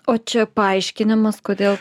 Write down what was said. o čia paaiškinimas kodėl